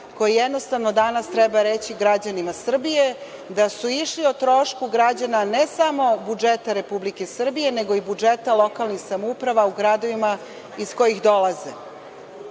koje jednostavno danas treba reći građanima Srbije, da su išli o trošku građana, ne samo budžeta Republike Srbije, nego i budžeta lokalnih samouprava u gradovima iz kojih dolaze. Ono